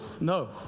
no